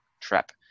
Trap